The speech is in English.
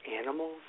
animals